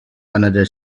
another